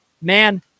man